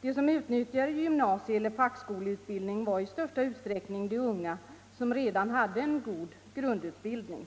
De som utnyttjade gymnasieeller fackskoleutbildning var i största utsträckning de unga, som redan hade en god grund Vuxenutbildningen, utbildning.